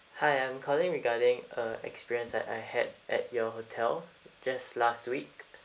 hi I'm calling regarding a experience that I had at your hotel just last week